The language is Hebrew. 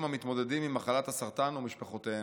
המתמודדים עם מחלת הסרטן ומשפחותיהם.